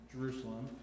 Jerusalem